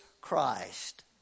Christ